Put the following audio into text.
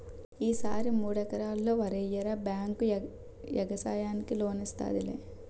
ఈ సారి మూడెకరల్లో వరెయ్యరా బేంకు యెగసాయానికి లోనిత్తాదిలే